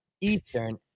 Eastern